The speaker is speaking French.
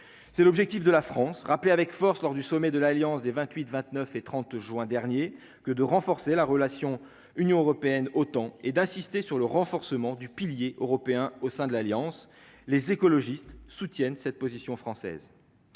c'est l'objectif de la France, rappeler avec force lors du sommet de l'Alliance des 28 29 et 30 juin dernier que de renforcer la relation Union européenne autant et d'insister sur le renforcement du pilier européen au sein de l'Alliance, les écologistes soutiennent cette position française